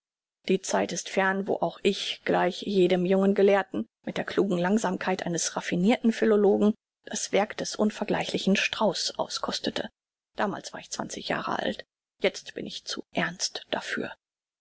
die zeit ist fern wo auch ich gleich jedem jungen gelehrten mit der klugen langsamkeit eines raffinirten philologen das werk des unvergleichlichen strauß auskostete damals war ich zwanzig jahre alt jetzt bin ich zu ernst dafür